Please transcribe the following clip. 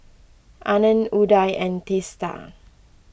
Anand Udai and Teesta